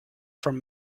from